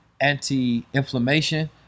anti-inflammation